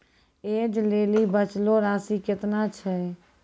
ऐज लेली बचलो राशि केतना छै?